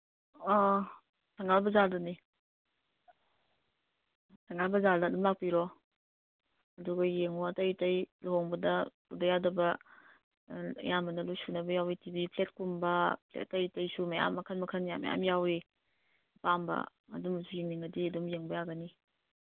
ꯑꯥ ꯊꯪꯒꯥꯜ ꯕꯖꯥꯔꯗꯅꯤ ꯊꯪꯒꯥꯜ ꯕꯖꯥꯔꯗ ꯑꯗꯨꯝ ꯂꯥꯛꯄꯤꯔꯣ ꯑꯗꯨꯒ ꯌꯦꯡꯉꯣ ꯑꯇꯩ ꯑꯇꯩ ꯂꯨꯍꯣꯡꯕꯗ ꯄꯨꯗ ꯌꯥꯗꯕ ꯑꯌꯥꯝꯕꯅ ꯂꯣꯏ ꯁꯨꯅꯕ ꯌꯥꯎꯋꯤ ꯇꯤ ꯚꯤ ꯐ꯭ꯂꯦꯠꯀꯨꯝꯕ ꯑꯇꯩ ꯑꯇꯩꯁꯨ ꯃꯌꯥꯝ ꯃꯈꯟ ꯃꯈꯟ ꯃꯌꯥꯝ ꯌꯥꯎꯋꯤ ꯑꯄꯥꯝꯕ ꯑꯗꯨꯃꯁꯨ ꯌꯦꯡꯅꯤꯡꯉꯗꯤ ꯑꯗꯨꯝ ꯌꯦꯡꯕ ꯌꯥꯒꯅꯤ